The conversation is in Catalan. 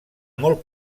molt